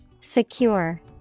Secure